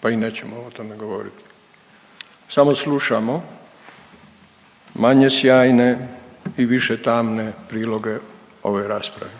pa i nećemo o tome govorit. Samo slušamo manje sjajne i više tamne priloge ovoj raspravi.